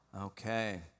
Okay